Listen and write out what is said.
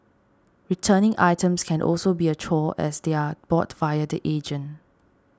returning items can also be a chore as they are bought via the agent